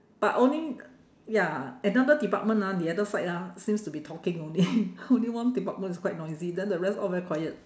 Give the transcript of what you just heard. but only ya another department ah the other side ah seems to be talking only only one department is quite noisy then the rest all very quiet